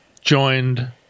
joined